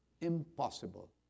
impossible